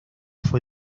fue